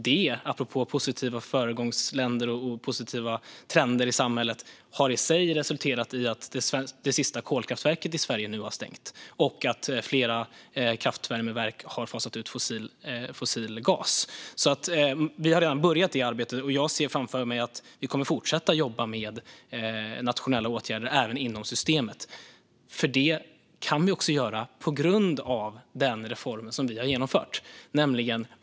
Det, apropå föregångsländer och positiva trender i samhället, har i sig resulterat i att det sista kolkraftverket i Sverige nu har stängts och att flera kraftvärmeverk har fasat ut fossil gas. Vi har alltså redan börjat det arbetet, och jag ser framför mig att vi kommer att fortsätta jobba med nationella åtgärder även inom systemet. Det kan vi också göra tack vare den reform som vi har genomfört.